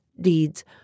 deeds